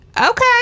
Okay